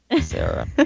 Sarah